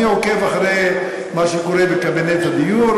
אני עוקב אחרי מה שקורה בקבינט הדיור,